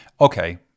Okay